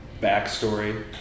backstory